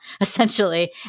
essentially